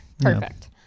perfect